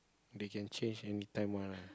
they can change anytime one ah